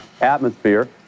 atmosphere